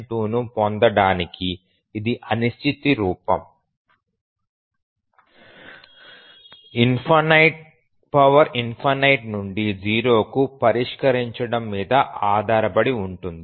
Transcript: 692 ను పొందడానికి ఇది అనిశ్చిత రూపం నుండి 0 కు పరిష్కరించడం మీద ఆధారపడి ఉంటుంది